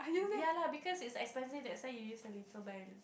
yea lah because it' expensive that's why you use a little by